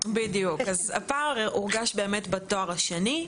הפער הורגש באמת בתואר השני,